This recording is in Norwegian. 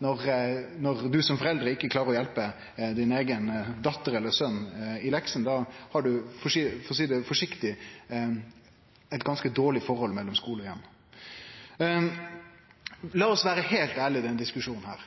Når du som forelder ikkje klarer å hjelpe di eiga dotter eller din eigen son med lekser, då har ein – for å seie det forsiktig – eit ganske dårleg forhold mellom skule og heim. Lat oss vere heilt ærlege i denne diskusjonen: